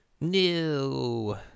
no